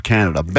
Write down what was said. Canada